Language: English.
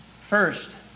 First